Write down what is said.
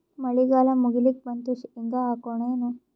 ಮಳಿಗಾಲ ಮುಗಿಲಿಕ್ ಬಂತು, ಶೇಂಗಾ ಹಾಕೋಣ ಏನು?